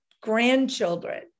grandchildren